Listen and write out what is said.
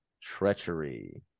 treachery